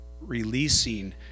releasing